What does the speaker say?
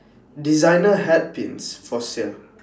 designer hat pins for sale